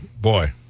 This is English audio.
boy